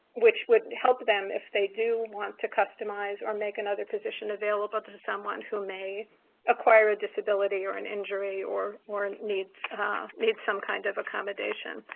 which would help them, if they do want to customize or make another position available to someone who may acquire a disability or an injury or or needs ah needs some kind of accommodation.